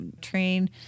train